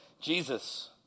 Jesus